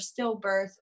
stillbirth